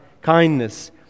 kindness